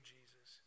Jesus